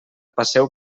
passeu